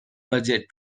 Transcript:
budget